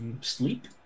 sleep